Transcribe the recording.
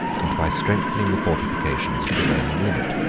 and by strengthening the fortifications of the roman limit.